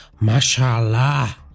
Mashallah